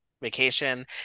vacation